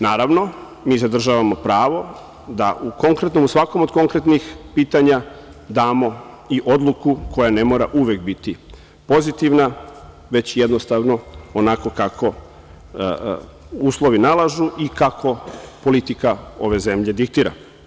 Naravno, mi zadržavamo pravo da na svako od konkretnih pitanja damo i odluku koja ne mora uvek biti pozitivna, već jednostavno onako kako uslovi nalažu i kako politika ove zemlje diktira.